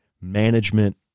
management